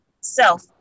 self